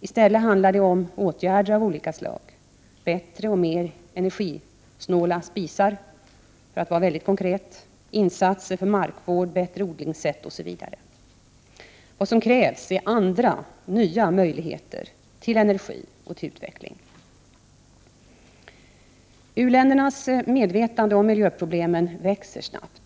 I stället handlar det om åtgärder av olika slag, om bättre och mer energisnåla spisar — för att vara mycket konkret — insatser för markvård, bättre odlingssätt osv. Vad som krävs är andra, nya möjligheter till energi och utveckling. U-ländernas medvetande om miljöproblemen växer snabbt.